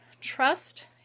trust